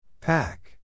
Pack